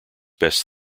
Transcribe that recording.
best